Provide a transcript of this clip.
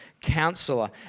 Counselor